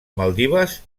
maldives